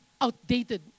outdated